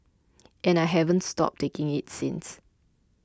and I haven't stopped taking it since